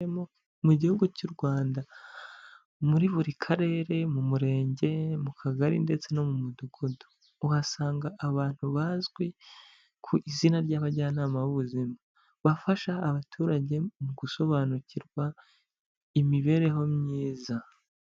Mu gihugu cy'u Rwanda muri buri karere, mu murenge, mu kagari ndetse no mu mudugudu uhasanga abantu bazwi ku izina ry'abajyanama b'ubuzima bafasha abaturage mu gusobanukirwa imibereho myiza.